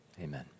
Amen